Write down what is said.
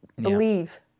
believe